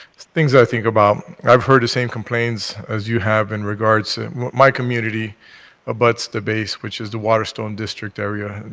things i think about. i have heard same complaints as you have. and so my community abuts the base which is the water stone district area,